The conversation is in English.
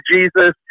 Jesus